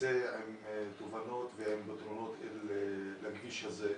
נצא היום עם תובנות ופתרונות לכביש הזה.